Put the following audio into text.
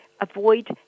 Avoid